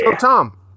Tom